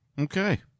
Okay